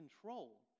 control